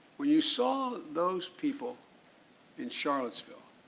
when you saw those people in charlottesville,